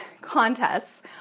contests